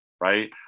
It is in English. right